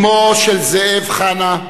אמו של זאב, חנה,